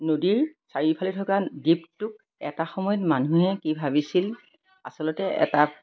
নদীৰ চাৰিওফালে থকা দ্বীপটোক এটা সময়ত মানুহে কি ভাবিছিল আচলতে এটা